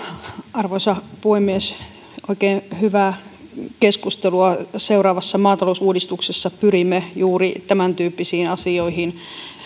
arvoisa puhemies oikein hyvää keskustelua seuraavassa maatalousuudistuksessa pyrimme juuri tämän tyyppisiin asioihin